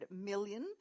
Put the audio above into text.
million